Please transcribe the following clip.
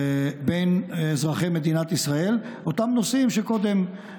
בין אזרחי מדינת ישראל, אותם נושאים שקודם,